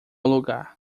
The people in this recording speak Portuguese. lugar